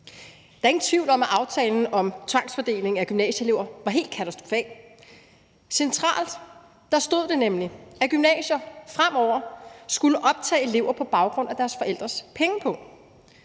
Der er ingen tvivl om, at aftalen om tvangsfordeling af gymnasieelever var helt katastrofal. Centralt stod det nemlig, at gymnasier fremover skulle optage elever på baggrund af deres forældres pengepung.